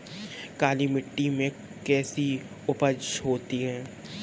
काली मिट्टी में कैसी उपज होती है?